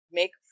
make